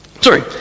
sorry